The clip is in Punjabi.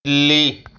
ਬਿੱਲੀ